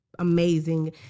Amazing